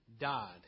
died